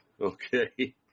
okay